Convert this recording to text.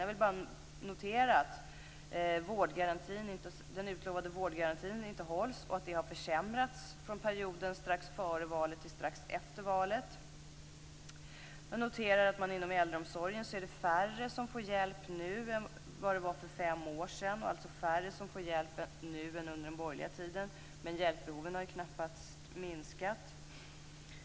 Jag vill bara notera att den utlovade vårdgarantin inte hålls och att den har försämrats från perioden strax före valet till perioden strax efter valet. Jag noterar att det inom äldreomsorgen är färre som får hjälp nu än vad det var för fem år sedan. Det är alltså färre som får hjälp nu än under den borgerliga tiden. Men hjälpbehoven har knappast minskat.